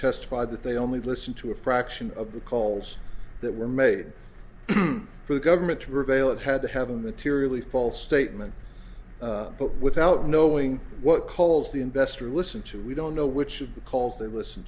testified that they only listened to a fraction of the calls that were made for the government to prevail it had to have a materially false statement but without knowing what calls the investor listen to we don't know which of the calls they listen